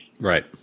Right